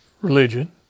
religion